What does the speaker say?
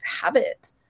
habit